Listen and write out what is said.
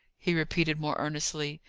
he repeated more earnestly.